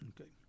okay